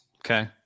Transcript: Okay